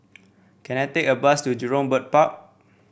can I take a bus to Jurong Bird Park